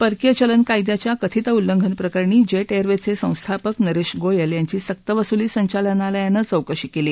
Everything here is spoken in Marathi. परकीय चलन कायदयाच्या कथित उल्लंघन प्रकरणी जेट एअरवेजचे संस्थापक नरेश गोयल यांची सक्तवसुली संचालनालयानं चौकशी केली